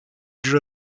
giro